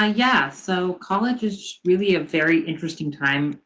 ah yeah. so college is really a very interesting time,